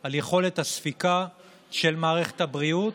על יכולת הספיקה של מערכת הבריאות,